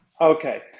Okay